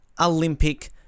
Olympic